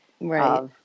right